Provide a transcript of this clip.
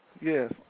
Yes